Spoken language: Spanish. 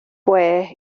pues